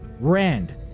rand